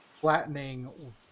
flattening